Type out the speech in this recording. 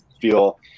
feel –